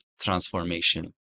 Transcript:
transformation